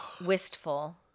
wistful